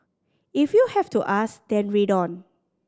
if you have to ask then read on